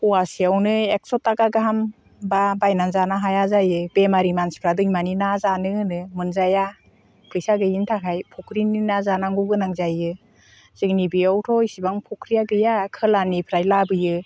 फवासेयावनो एक्स' थाखा गाहाम बा बायनानै जानो हाया जायो बेमारि मानसिफ्रा दैमानि ना जानो होनो मोनजाया फैसा गैयिनि थाखाय फख्रिनि ना जानांगौ गोनां जायो जोंनि बेयावथ' इसेबां फख्रिया गैया ओरै खोलाहानिफ्राय लाबोयो